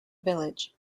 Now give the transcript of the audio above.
village